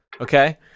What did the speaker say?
okay